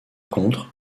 contre